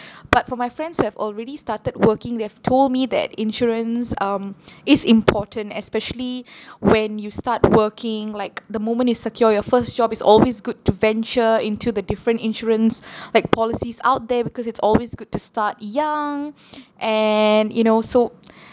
but for my friends who have already started working they have told me that insurance um is important especially when you start working like the moment you secure your first job is always good to venture into the different insurance like policies out there because it's always good to start young and it also